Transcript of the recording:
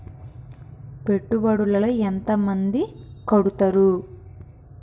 పెట్టుబడుల లో ఎంత మంది కడుతరు?